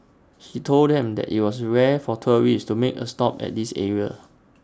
he told them that IT was rare for tourists to make A stop at this area